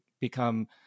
become